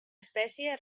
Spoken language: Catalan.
espècie